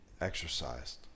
exercised